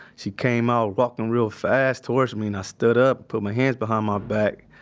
she came out walking real fast towards me and i stood up, put my hands behind my back.